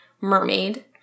mermaid